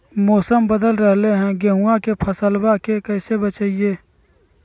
मौसम बदल रहलै है गेहूँआ के फसलबा के कैसे बचैये?